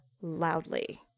loudly